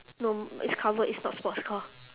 no it's covered it's not sports car